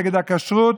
נגד הכשרות,